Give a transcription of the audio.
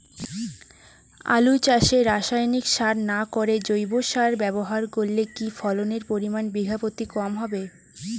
আলু চাষে রাসায়নিক সার না করে জৈব সার ব্যবহার করলে কি ফলনের পরিমান বিঘা প্রতি কম হবে?